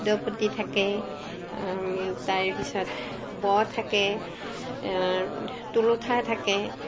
দ্ৰুপতি থাকে তাৰপিছত ব' থাকে আৰু টোলোঠা থাকে